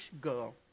girl